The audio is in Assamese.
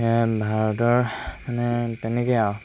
ভাৰতৰ মানে তেনেকৈ আৰু